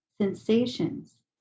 sensations